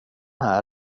här